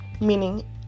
meaning